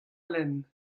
lenn